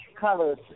colors